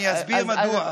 אני אסביר מדוע.